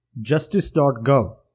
Justice.gov